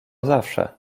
zawsze